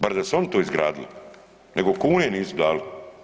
Bar da su oni to izgradili nego kune nisu dali.